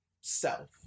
self